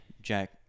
Jack